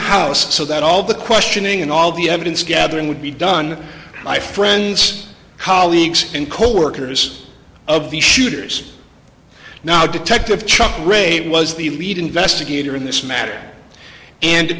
house so that all the questioning and all the evidence gathering would be done by friends colleagues and coworkers of the shooters now detective chuck ray was the lead investigator in this matter and